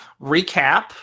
recap